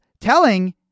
telling